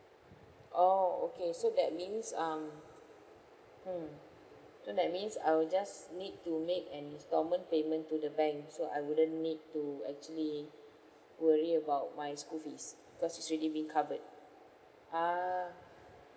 oh okay so that means um hmm so that means I will just need to make an installment payment to the bank so I wouldn't need to actually worry about my school fees because it's already been covered ah